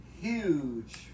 Huge